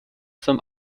zum